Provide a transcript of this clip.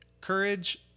courage